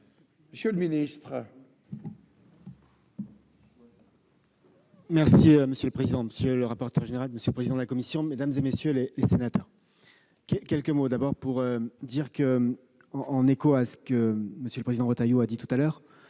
monsieur le ministre,